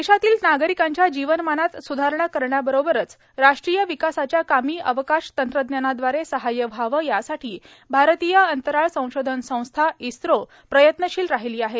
देशातील नागरिकांच्या जीवनमानात सुधारणा करण्याबरोबरच राष्ट्रीय विकासाच्या कामी अवकाश तंत्रज्ञानाद्वारे सहाय्य व्हावं यासाठी भारतीय अंतराळ संशोधन संस्था इस्त्रो प्रयत्नशील राहिली आहे